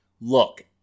Look